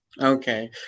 Okay